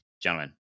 Gentlemen